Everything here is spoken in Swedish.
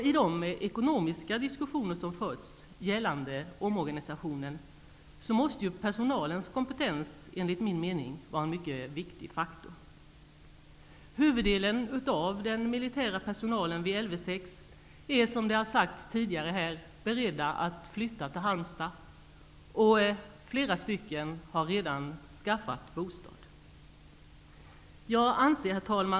I de ekonomiska diskussioner som har förts angående omorganisationen måste personalens kompetens -- enligt min mening -- vara en viktig faktor. Huvuddelen av den militära personalen vid Lv 6 är beredd att flytta till Halmstad. Några har redan skaffat bostad där. Herr talman!